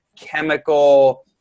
chemical